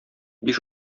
биш